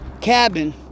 cabin